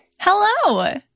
hello